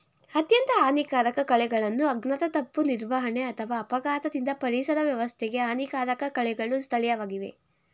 ಅತ್ಯಂತ ಹಾನಿಕಾರಕ ಕಳೆಗಳನ್ನು ಅಜ್ಞಾನ ತಪ್ಪು ನಿರ್ವಹಣೆ ಅಥವಾ ಅಪಘಾತದಿಂದ ಪರಿಸರ ವ್ಯವಸ್ಥೆಗೆ ಹಾನಿಕಾರಕ ಕಳೆಗಳು ಸ್ಥಳೀಯವಾಗಿವೆ